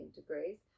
degrees